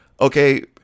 okay